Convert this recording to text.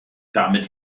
damit